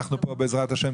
אנחנו פה, בעזרת השם.